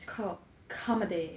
it's called comedy